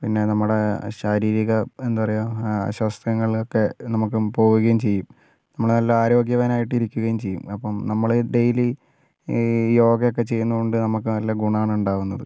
പിന്നെ നമ്മുടെ ശാരീരിക എന്താ പറയുക അസ്വാസ്ത്യങ്ങൾ ഒക്കെ നമുക്ക് പോകുകയും ചെയ്യും നമ്മൾ നല്ല ആരോഗ്യവാനായിട്ട് ഇരിക്കുകയും ചെയ്യും അപ്പോൾ നമ്മൾ ഡെയിലി ഈ യോഗയൊക്കെ ചെയ്യുന്നത്കൊണ്ട് നമുക്ക് നല്ല ഗുണമാണ് ഉണ്ടാകുന്നത്